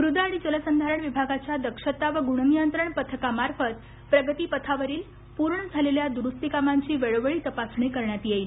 मृद आणि जलसंधारण विभागाच्या दक्षता व गूणनियंत्रण पथकामार्फत प्रगतीपथावरील पूर्ण झालेल्या द्रुस्ती कामांची वेळोवेळी तपासणी करण्यात येईल